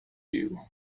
you